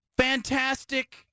fantastic